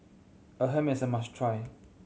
appam is a must try